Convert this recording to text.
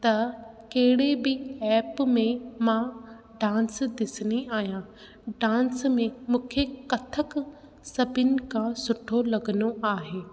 त कहिड़ी बि ऐप में मां डांस ॾिसंदी आहियां डांस में मूंखे कथक सभिनि खां सुठो लॻंदो आहे